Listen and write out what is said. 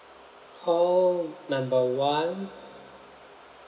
call number one